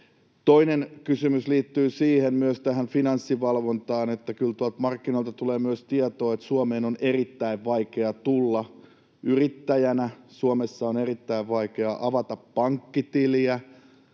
toinen kysymys liittyy finanssivalvontaan. Kyllä tuolta markkinoilta tulee myös tietoa, että Suomeen on erittäin vaikea tulla yrittäjänä, Suomessa on erittäin vaikea avata pankkitiliä.